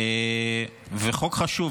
ה חוק חשוב.